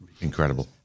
Incredible